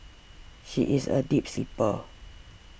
she is a deep sleeper